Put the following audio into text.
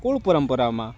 કૂળ પરંપરામાં